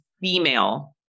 female